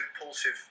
impulsive